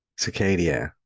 Cicadia